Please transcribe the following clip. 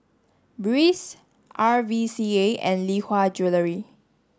Breeze R V C A and Lee Hwa Jewellery